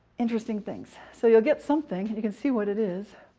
interesting things so you'll get something, and you can see what it is,